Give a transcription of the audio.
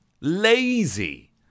Lazy